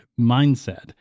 mindset